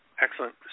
Excellent